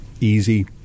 Easy